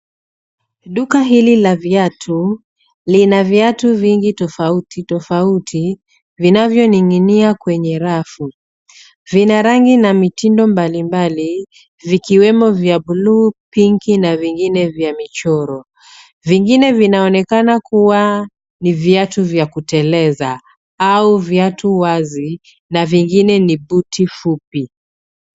Duka hili la viatu lina viatu vingi tofautitofauti vinavyining'inia kwenye rafu. Vina rangi na mitindo mbalimbali vikiwemo vya buluu, pinki na vingine vya michoro. Vingine vinaonekana kuwa ni viatu vya kuteleza au viatu wazi na vingine ni buti fupi.